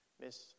Miss